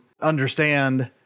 understand